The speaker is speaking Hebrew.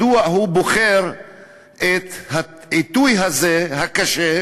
מדוע הוא בוחר את העיתוי הזה, הקשה,